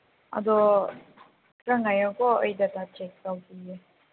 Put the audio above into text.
ꯑꯗꯣ ꯅꯪ ꯉꯥꯏꯌꯣꯀꯣ ꯑꯩ ꯗꯇꯥ ꯆꯦꯛ ꯇꯧꯈꯤꯒꯦ